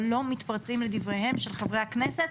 אבל לא מתפרצים לדבריהם של חברי הכנסת,